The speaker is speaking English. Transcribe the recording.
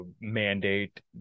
mandate